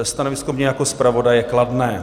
Stanovisko mé jako zpravodaje: kladné.